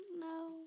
no